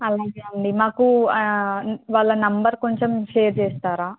అలాగే అండి మాకు వాళ్ళ నెంబర్ కొంచెం షేర్ చేస్తారా